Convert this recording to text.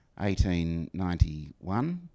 1891